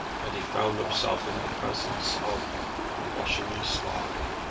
and he found himself in the presence of the russian spy.